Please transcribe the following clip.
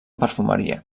perfumeria